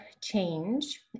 change